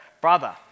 brother